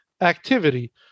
activity